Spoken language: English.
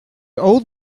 old